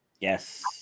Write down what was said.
Yes